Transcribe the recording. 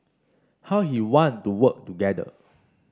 how he want to work together